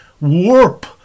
warp